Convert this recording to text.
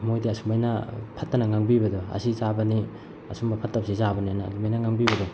ꯃꯣꯏꯗ ꯑꯁꯨꯃꯥꯏꯅ ꯐꯠꯇꯅ ꯉꯥꯡꯕꯤꯕꯗꯣ ꯑꯁꯤ ꯆꯥꯕꯅꯤ ꯑꯁꯨꯝꯕ ꯐꯠꯇꯕꯁꯤ ꯆꯥꯕꯅꯦꯅ ꯑꯗꯨꯃꯥꯏꯅ ꯉꯥꯡꯕꯤꯕꯗꯣ